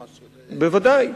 בוודאי.